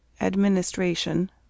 Administration